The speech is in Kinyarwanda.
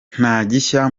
ntagishya